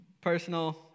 personal